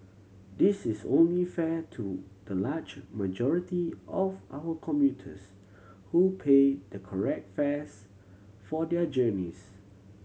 this is only fair to the large majority of our commuters who pay the correct fares for their journeys